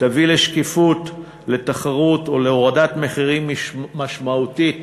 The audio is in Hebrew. תביא לשקיפות, לתחרות ולהורדת מחירים משמעותית